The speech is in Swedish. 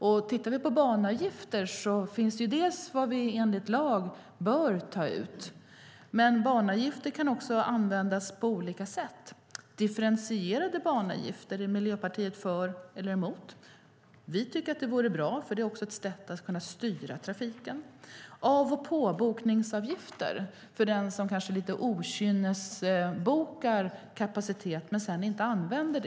När det gäller banavgifter finns det fastslaget i lag vad vi bör ta ut, men banavgifter kan också användas på olika sätt. Är Miljöpartiet för eller emot differentierade banavgifter? Vi tycker att det vore bra, för det är också ett sätt att styra trafiken. Man kan ha av och påbokningsavgifter för dem som okynnesbokar kapacitet som de sedan inte använder.